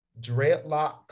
dreadlock